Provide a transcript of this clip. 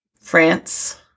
France